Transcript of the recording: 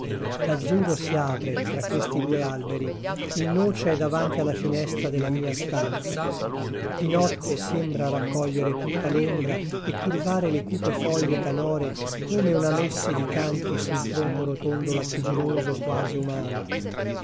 l'azzurro si apre tra questi due alberi il noce è davanti alla finestra della mia stanza di notte sembra raccogliere tutta l'ombra e curvare le cupe foglie canore come una messe di canti sul tronco rotondo lattiginoso quasi umano